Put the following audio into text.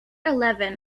eleven